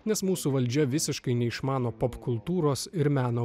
nes mūsų valdžia visiškai neišmano popkultūros ir meno